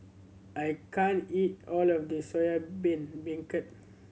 I can't eat all of this Soya Beancurd